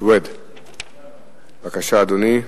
בבקשה, אדוני.